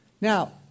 Now